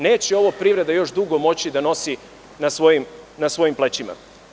Neće ovo privreda još dugo moći da nosi na svojim plećima.